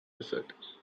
desert